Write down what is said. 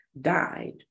died